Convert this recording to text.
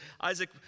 Isaac